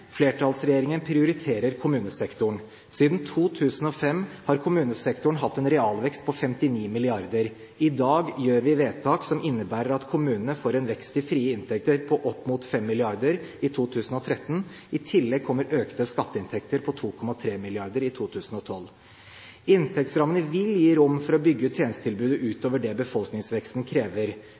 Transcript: flertallsregjeringen prioriterer kommunesektoren. Siden 2005 har kommunesektoren hatt en realvekst på 59 mrd. kr. I dag gjør vi vedtak som innebærer at kommunene får en vekst i frie inntekter på opp mot 5 mrd. kr i 2013. I tillegg kommer økte skatteinntekter på 2,3 mrd. kr i 2012. Inntektsrammene vil gi rom for å bygge ut tjenestetilbudet utover det befolkningsveksten krever.